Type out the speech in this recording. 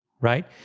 right